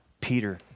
Peter